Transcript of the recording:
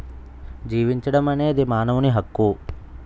జీవించడం అనేది మానవుని హక్కు